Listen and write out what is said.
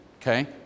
okay